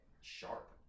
sharp